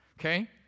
Okay